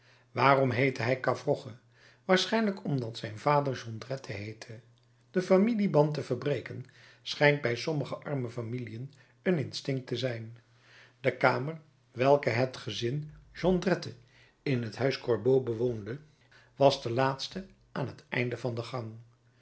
waarom heette hij gavroche waarschijnlijk omdat zijn vader jondrette heette den familieband te verbreken schijnt bij sommige arme familiën een instinct te zijn de kamer welke het gezin jondrette in het huis gorbeau bewoonde was de laatste aan het einde van de gang